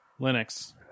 Linux